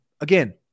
again